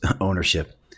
ownership